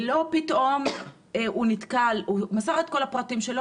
ושלא יקרה שהוא פתאום נתקל הוא מסר את כל הפרטים שלו,